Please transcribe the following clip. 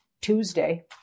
Tuesday